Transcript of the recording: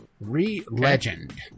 Re-Legend